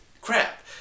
crap